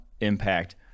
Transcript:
impact